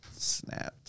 snapped